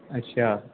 अच्छा